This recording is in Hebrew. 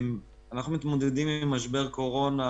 אנחנו מתמודדים עם משבר הקורונה